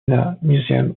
museum